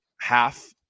half